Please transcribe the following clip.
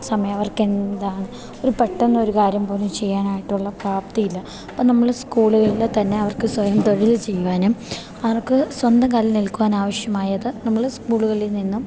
സമയം അവർക്കെന്താണ് ഒരു പെട്ടെന്ന് ഒരു കാര്യം പോലും ചെയ്യാനായിട്ടുള്ള പ്രാപ്തിയില്ല അപ്പം നമ്മൾ സ്കൂളുകളിൽ തന്നെ അവർക്ക് സ്വയം തൊഴിൽ ചെയ്യുവാനും അവർക്ക് സ്വന്തം കാലിൽ നിൽക്കുവാനാവശ്യമായത് നമ്മൾ സ്കൂളുകളിൽനിന്നും